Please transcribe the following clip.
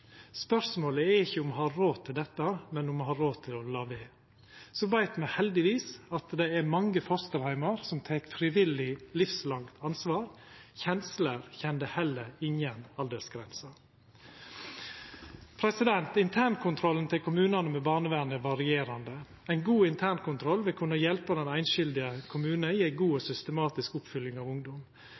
Spørsmålet er ikkje om me har råd til dette, men om me har råd til å la vera. Så veit me heldigvis at det er mange fosterheimar som tek frivillig livslangt ansvar. Kjensler kjenner heller inga aldersgrense. Internkontrollen kommunane har med barnevernet er varierande. Ein god internkontroll vil kunna hjelpa den einskilde kommunen og gje god og systematisk oppfølging av ungdom.